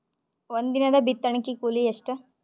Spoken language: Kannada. ಒಂದಿನದ ಬಿತ್ತಣಕಿ ಕೂಲಿ ಎಷ್ಟ?